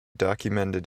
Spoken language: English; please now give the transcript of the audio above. documented